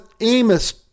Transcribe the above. Amos